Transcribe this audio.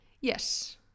Yes